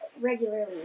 regularly